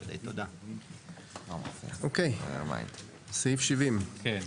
אוקיי, סעיף 70. כן.